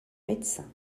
médecin